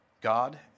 God